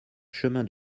chemin